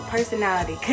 Personality